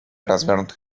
развернутых